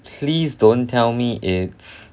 please don't tell me its